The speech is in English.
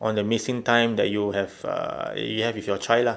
all the missing time that you have uh have with your child ah